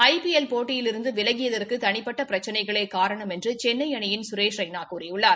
ஐ P L போட்டியிலிருந்து விலகியதற்கு தனிப்பட்ட பிரச்சினைகளே காரணம் என்று சென்னை அணியின் சுரேஷ் ரெய்னா கூறியுள்ளார்